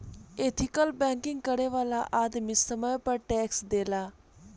ethical banking करे वाला आदमी समय पर टैक्स देला